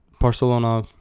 Barcelona